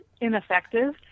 ineffective